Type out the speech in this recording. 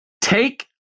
take